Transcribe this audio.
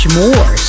more